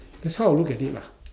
that's how I look at it lah